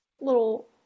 little